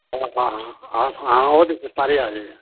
ਹਾਂ ਹਾਂ ਹਾਂ ਆ ਹਾਂ ਉਹਦੇ 'ਚ ਸਾਰੇ ਆ ਜਏ